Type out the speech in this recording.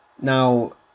Now